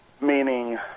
Meaning